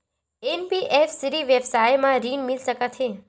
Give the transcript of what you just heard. NBFC व्यवसाय मा ऋण मिल सकत हे